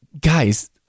guys